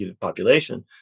population